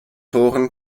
toren